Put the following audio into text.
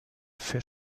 für